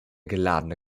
geladene